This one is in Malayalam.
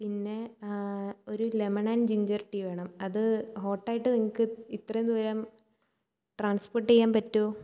പിന്നെ ഒരു ലെമൺ ആൻ ജിൻജർ ടീ വേണം അത് ഹോട്ടായിട്ട് നിങ്ങള്ക്ക് ഇ ഇത്രയും ദൂരം ട്രാൻസ്പോർട്ട് ചെയ്യാൻ പറ്റുമോ